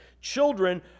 Children